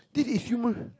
this is human